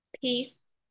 peace